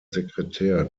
sekretär